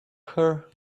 her